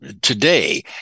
today